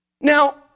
Now